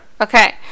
Okay